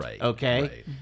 okay